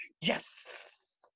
yes